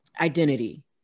identity